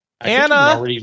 Anna